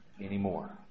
anymore